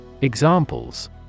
Examples